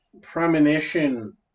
premonition